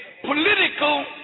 political